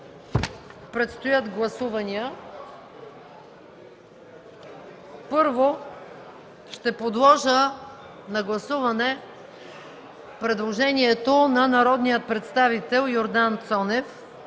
предстоят гласувания. Първо, ще подложа на гласуване предложението на народния представител Йордан Цонев